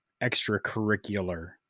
extracurricular